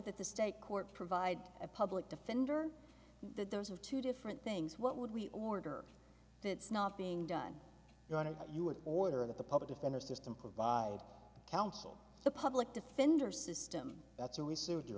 that the state court provide a public defender that there are two different things what would we order that's not being done going to you in order that the public defender system provide counsel the public defender system that's a researcher